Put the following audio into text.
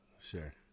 Sure